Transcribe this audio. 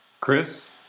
Chris